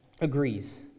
agrees